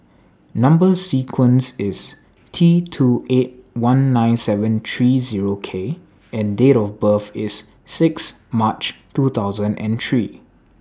Number sequence IS T two eight one nine seven three Zero K and Date of birth IS six March two thousand and three